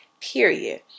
period